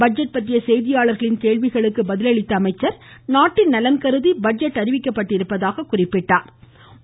budget பற்றிய செய்தியாளர்களின் கேள்விகளுக்கு பதிலளித்த அவர் நாட்டின் நலன்கருதி பட்ஜெட் அறிவிக்கப்பட்டிருப்பதாக குறிப்பிட்டார்